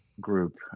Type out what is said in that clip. group